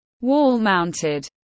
wall-mounted